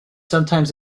sometimes